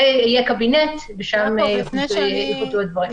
יהיה קבינט ושם יוחלטו הדברים.